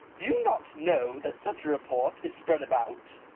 do you not know that such a report is spread about?